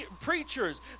preachers